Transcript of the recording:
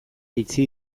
jaitsi